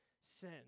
Sin